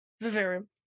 Vivarium